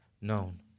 known